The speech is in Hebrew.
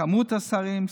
מספר השרים,